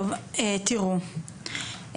תראו,